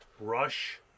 rush